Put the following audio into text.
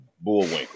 Bullwinkle